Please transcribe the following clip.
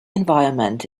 environment